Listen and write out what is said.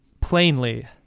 plainly